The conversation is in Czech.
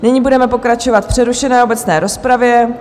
Nyní budeme pokračovat v přerušené obecné rozpravě.